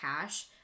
cash